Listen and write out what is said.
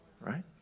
right